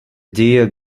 deer